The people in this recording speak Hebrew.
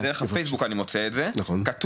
דרך הפייסבוק אני אומר לך שאני מוצא את זה.